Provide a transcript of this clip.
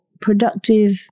productive